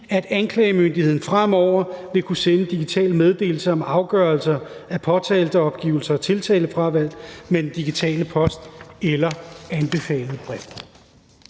at anklagemyndigheden fremover vil kunne sende meddelelse af omgørelse af påtaleopgivelse eller tiltalefrafald med Digital Post eller anbefalet brev.